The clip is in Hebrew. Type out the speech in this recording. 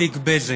בתיק בזק,